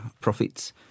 profits